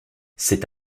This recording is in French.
c’est